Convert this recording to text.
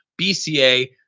BCA